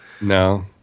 No